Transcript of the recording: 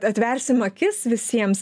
atversim akis visiems